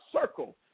circle